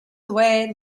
away